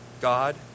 God